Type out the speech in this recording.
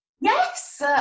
Yes